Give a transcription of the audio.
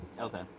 Okay